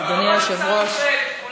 ולא רק עיסאווי פריג' כולם.